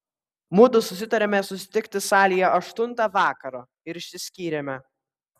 mudu susitarėme susitikti salėje aštuntą vakaro ir išsiskyrėme